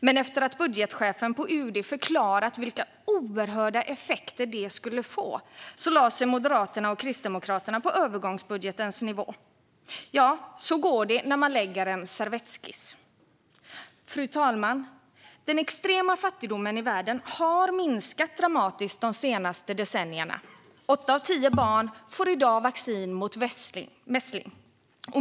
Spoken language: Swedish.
Men efter att budgetchefen på UD förklarat vilka oerhörda effekter det skulle få lade sig Moderaterna och Kristdemokraterna på övergångsbudgetens nivå. Så går det när man lägger fram en servettskiss. Fru talman! Den extrema fattigdomen i världen har minskat dramatiskt de senaste decennierna. Åtta av tio barn får i dag vaccin mot mässling.